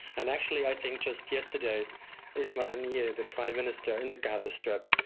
and actually i think just yesterday ismail haniyeh, the prime minister in the gaza strip,